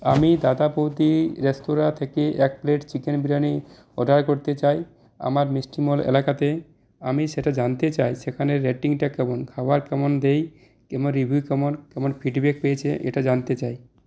আমি দাদাবৌদি রেস্তোরাঁ থেকে এক প্লেট চিকেন বিরিয়ানি অর্ডার করতে চাই আমার মিষ্টি মহল এলাকাতে আমি সেটা জানতে চাই সেখানের রেটিংটা কেমন খাবার কেমন দেয় কেমন রিভিউ কেমন কেমন ফিডব্যাক পেয়েছে এটা জানতে চাই